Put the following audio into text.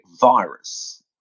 virus